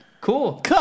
Cool